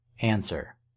Answer